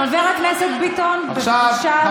חבר הכנסת יואב בן צור, חבר הכנסת ביטון, בבקשה,